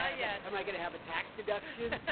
i yeah um i gonna have a tax deduction?